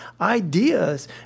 ideas